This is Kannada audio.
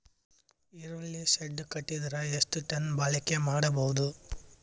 ಈರುಳ್ಳಿ ಶೆಡ್ ಕಟ್ಟಿದರ ಎಷ್ಟು ಟನ್ ಬಾಳಿಕೆ ಮಾಡಬಹುದು?